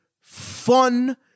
fun